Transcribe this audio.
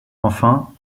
enfin